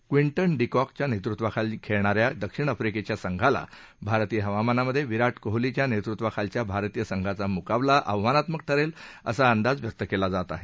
Quinton de कॉकच्या खेळणा या दक्षिण आफ्रीकेच्या संघाला भारतीय हवामानामधे विराट कोहलीच्या नेतृत्वाखालच्या भारतीय संघाचा नेतृत्वाखाली मुकाबला आव्हानात्मक ठरेल असा अंदाज व्यक्त केला जात आहे